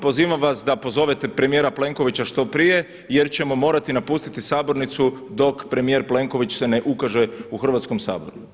Pozivam vas da pozovete premijera Plenkovića što prije jer ćemo morati napustiti sabornicu dok premijer Plenković se ne ukaže u Hrvatskom saboru.